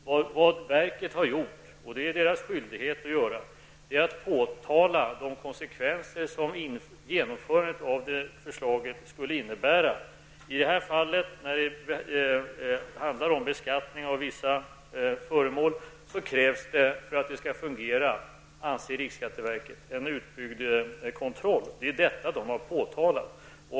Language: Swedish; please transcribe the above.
Riksskatteverket har i enlighet med sin skyldighet påtalat de konsekvenser som ett genomförande av förslaget skulle innebära. I det här fallet, som rör beskattning av vissa föremål, anser riksskatteverket att det krävs en utbyggd kontroll för att det hela skall fungera. Det är vad som har påtalats.